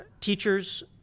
teachers